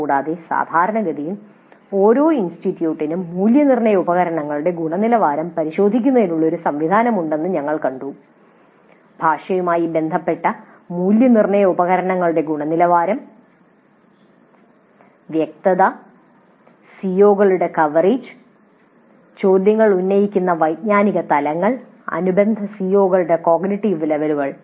കൂടാതെ സാധാരണഗതിയിൽ ഓരോ ഇൻസ്റ്റിറ്റ്യൂട്ടിനും മൂല്യനിർണ്ണയ ഉപകരണങ്ങളുടെ ഗുണനിലവാരം പരിശോധിക്കുന്നതിനുള്ള ഒരു സംവിധാനം ഉണ്ടെന്ന് ഞങ്ങൾ കണ്ടു ഭാഷയുമായി ബന്ധപ്പെട്ട മൂല്യനിർണ്ണയ ഉപകരണങ്ങളുടെ ഗുണനിലവാരം വ്യക്തത സിഒകളുടെ കവറേജ് ചോദ്യങ്ങൾ ഉന്നയിക്കുന്ന വൈജ്ഞാനിക തലങ്ങൾ അനുബന്ധ സിഒകളുടെ കോഗ്നിറ്റീവ് ലെവലുകൾ